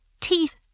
teeth